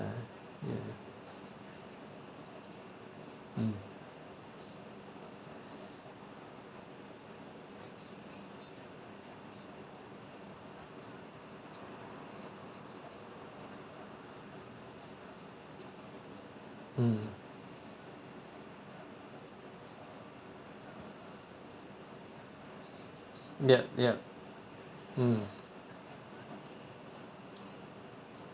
ya ya mm mm yup yup mm